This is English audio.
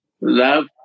love